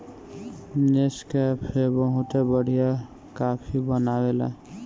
Nescafe बहुते बढ़िया coffee बनावेला